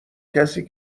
کسی